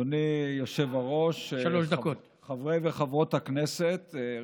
אדוני היושב-ראש, חברי וחברות הכנסת, ראשית,